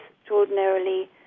extraordinarily